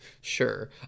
sure